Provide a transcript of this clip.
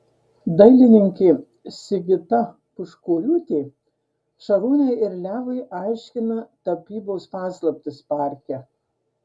dailininkė sigita puškoriūtė šarūnei ir levui aiškina tapybos paslaptis parke